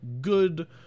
good